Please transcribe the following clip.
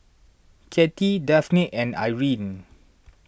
Katy Dafne and Irine